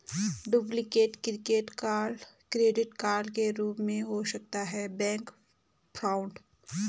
duplicate credit card के रूप में हो सकता है बैंक फ्रॉड